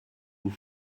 vous